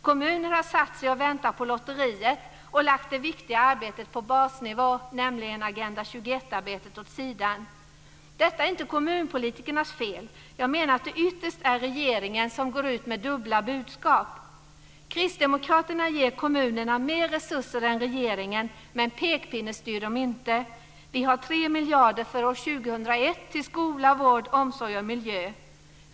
Kommuner har satt sig att vänta på lotteriet och lagt det viktiga arbetet på basnivå, nämligen Agenda 21-arbetet, åt sidan. Detta är inte kommunpolitikernas fel. Jag menar att det ytterst är regeringens som går ut med dubbla budskap. Kristdemokraterna ger kommunerna mer resurser än regeringen men pekpinnestyr dem inte. Vi har 3 miljarder för år 2001 till skola, vård, omsorg och miljö.